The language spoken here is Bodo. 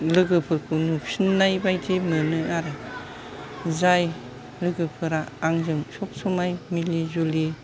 लोगोफोरखौ नुफिननाय बादि मोनो आरो जाय लोगोफोरा आंजों सबसमाय मिलि जुलि